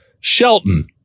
Shelton